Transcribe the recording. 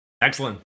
Excellent